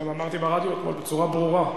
גם אמרתי ברדיו אתמול בצורה ברורה.